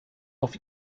auf